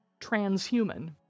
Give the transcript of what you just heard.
transhuman